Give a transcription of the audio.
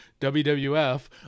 WWF